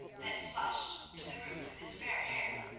then flushed to the roots of his fair hair,